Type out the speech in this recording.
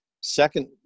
Second